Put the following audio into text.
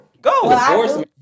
Go